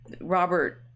robert